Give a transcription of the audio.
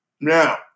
Now